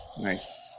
Nice